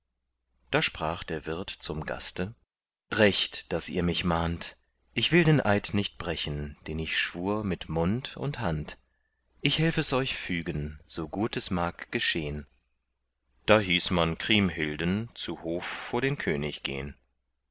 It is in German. da sprach der wirt zum gaste recht daß ihr mich mahnt ich will den eid nicht brechen den ich schwur mit mund und hand ich helf es euch fügen so gut es mag geschehn da hieß man kriemhilden zu hof vor den könig gehn